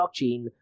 blockchain